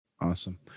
Awesome